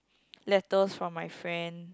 letters from my friend